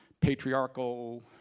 Patriarchal